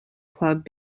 club